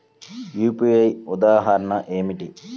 UPI ఉదాహరణ ఏమిటి?